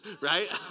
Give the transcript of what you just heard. right